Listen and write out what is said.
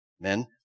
Men